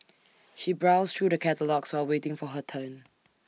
she browsed through the catalogues while waiting for her turn